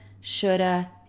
shoulda